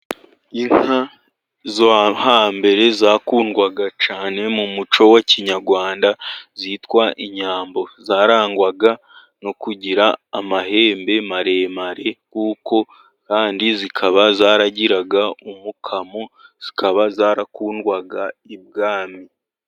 Inka zo hambere zakundwaga cyane mu muco wa kinyarwanda, zitwa inyambo zarangwaga no kugira amahembe maremare, kuko kandi zikaba zaragiraga umukamo zikaba zarakundwaga ibwami.